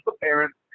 parents